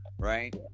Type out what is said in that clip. right